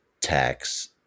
tax